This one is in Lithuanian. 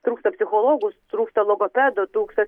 trūksta psichologų trūksta logopedų trūksta